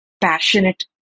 passionate